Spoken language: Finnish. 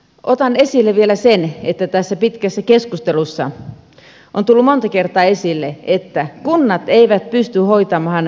otan esille vielä sen että tässä pitkässä keskustelussa on tullut monta kertaa esille että kunnat eivät pysty hoitamaan palveluita